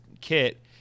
kit